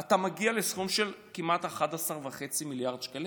אתה מגיע לסכום של כמעט 11.5 מיליארד שקלים.